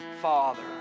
Father